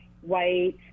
white